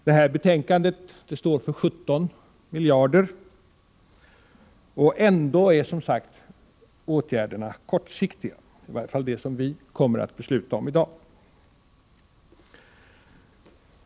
Det här betänkandet står för 17 miljarder kronor och ändå är, som sagt, åtgärderna kortsiktiga — i varje fall de som vi kommer att besluta om i dag.